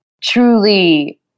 truly